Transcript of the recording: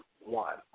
one